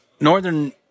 Northern